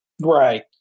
Right